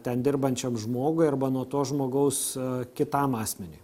ten dirbančiam žmogui arba nuo to žmogaus kitam asmeniui